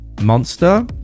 Monster